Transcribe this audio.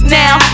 now